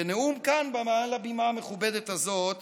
בנאום כאן מעל הבימה המכובדת הזאת